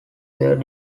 were